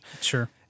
Sure